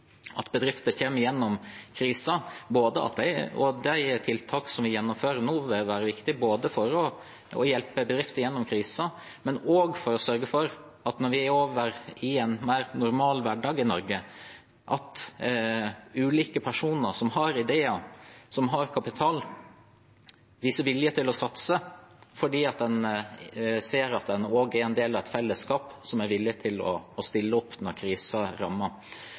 at bedrifter kommer gjennom krisen. De tiltak som vi gjennomfører nå, vil være viktig for å hjelpe bedrifter gjennom krisen, men også for å sørge for, når vi er over i en mer normal hverdag i Norge, ulike personer som har ideer, som har kapital, som viser vilje til å satse, for en ser at en er del av et fellesskap som er villig til å stille opp når